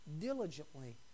diligently